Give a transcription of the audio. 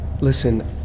Listen